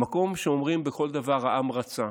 במקום שאומרים על כל דבר "העם רצה",